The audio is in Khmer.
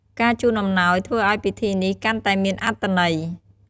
ការជូនអំណោយធ្វើឲ្យពិធីនេះកាន់តែមានអត្ថន័យ។